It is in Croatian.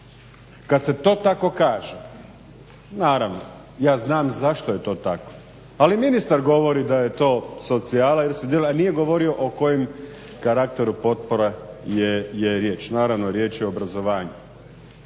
Kada se to tako kaže naravno ja znam zašto je to tako ali ministar govori da je to socijala jel se dijeli a nije govorio o kojem karakteru potpora je riječ. Naravno riječ je o obrazovanju.